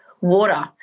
water